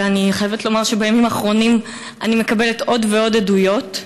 ואני חייבת לומר שבימים האחרונים אני מקבלת עוד ועוד עדויות,